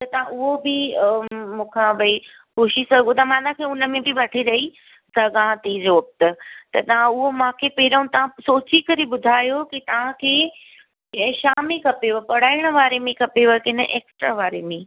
त तव्हां उहो बि मूंखां भई पुछी सघो था मां तव्हां खे उन में बि वठी ॾेई सघां थी जॉब त त तव्हां उहो मूंखे पहिरों तव्हां सोची करे ॿुधायो के तव्हां खे छा में खपेव पढ़ाइण वारे में खपेव के न एक्सट्रा वारे में